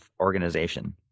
organization